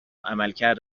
عملکرد